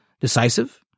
decisive